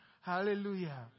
hallelujah